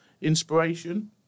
inspiration